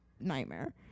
nightmare